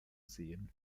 sehen